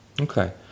Okay